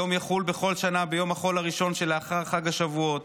היום יחול בכל שנה ביום החול הראשון שלאחר חג השבועות,